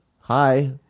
Hi